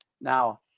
now